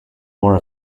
more